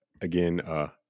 again